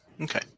okay